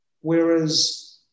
Whereas